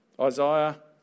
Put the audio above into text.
Isaiah